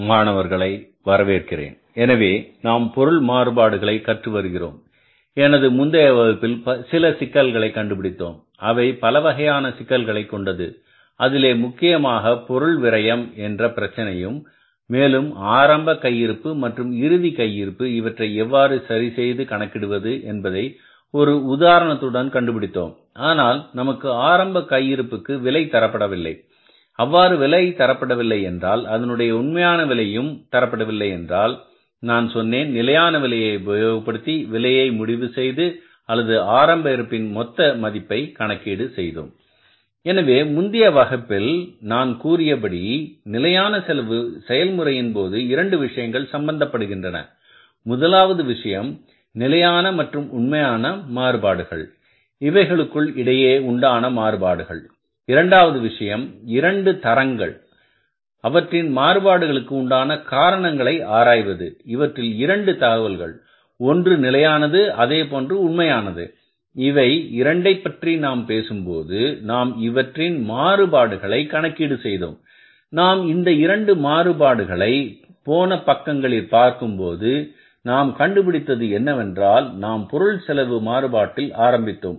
மாணவர்களை வரவேற்கிறேன் எனவே நாம் பொருள் மாறுபாடுகளை கற்று வருகிறோம் எனது முந்தைய வகுப்பில் சில சிக்கல்களை கண்டுபிடித்தோம் அவை பலவகையான சிக்கல்களை கொண்டது அதிலே முக்கியமாக பொருள் விரயம் என்ற பிரச்சினையும் மேலும் ஆரம்ப கையிருப்பு மற்றும் இறுதி கையிருப்பு இவற்றை எவ்வாறு சரி செய்து கணக்கிடுவது என்பதை ஒரு உதாரணத்துடன் கண்டுபிடித்தோம் ஆனால் நமக்கு ஆரம்ப இருப்புக்குவிலை தரப்படவில்லை அவ்வாறு விலை தரப்படவில்லை என்றால் அதனுடைய உண்மையான விலையும் தரப்படவில்லை என்றால் நான் சொன்னேன் நிலையான விலையை உபயோகப்படுத்தி விலையை முடிவு செய்து அல்லது ஆரம்ப இருப்பின் மொத்த மதிப்பை கணக்கீடு செய்தோம் எனவே முந்தைய வகுப்பில் நான் கூறியபடி நிலையான செலவு செயல்முறையின் போது இரண்டு விஷயங்கள் சம்பந்த படுகின்றன முதலாவது விஷயம் நிலையான மற்றும் உண்மையான மாறுபாடுகள் இவைகளுக்கு இடையே உண்டான மாறுபாடுகள் இரண்டாவது விஷயம் 2 தரங்கள் அவற்றின் மாறுபாடுகளுக்கு உண்டான காரணங்களை ஆராய்வது இவற்றில் இரண்டு தகவல்கள் ஒன்று நிலையானது அதேபோன்று உண்மையானது இவை இரண்டைப் பற்றி நாம் பேசும்போது நாம் இவற்றின் மாறுபாடுகளை கணக்கீடு செய்தோம் நாம் இந்த இரண்டு மாறுபாடுகளை போன பக்கங்களில் பார்க்கும்போது நாம் கண்டுபிடித்தது என்னவென்றால் நாம் பொருள் செலவு மாறுபாட்டில் ஆரம்பித்தோம்